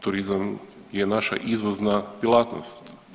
Turizam je naša izvozna djelatnost.